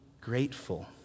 grateful